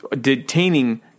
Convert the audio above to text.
detaining